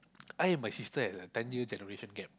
I and my sister has a ten year generation gap